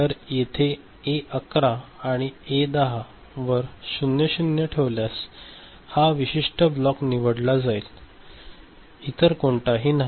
तर येथे ए 11 आणि ए 10 वर 00 ठेवल्यास हा विशिष्ट ब्लॉक निवडला जाईल इतर कोणताही नाही